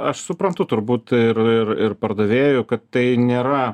aš suprantu turbūt ir ir ir pardavėjų kad tai nėra